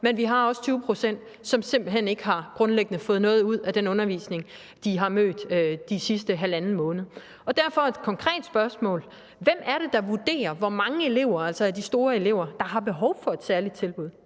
men vi har også 20 pct., som simpelt hen grundlæggende ikke har fået noget ud af den undervisning, de er blevet mødt med den sidste halvanden måned. Derfor har jeg et konkret spørgsmål: Hvem er det, der vurderer, hvor mange af de store elever der har behov for et særligt tilbud?